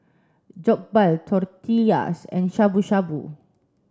Jokbal Tortillas and Shabu Shabu